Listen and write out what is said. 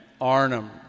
Arnhem